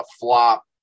flop